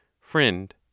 Friend